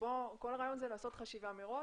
כל הרעיון זה לעשות חשיבה מראש,